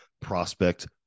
prospect